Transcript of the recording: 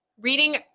Reading